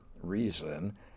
reason